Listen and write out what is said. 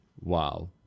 Wow